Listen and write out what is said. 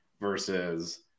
versus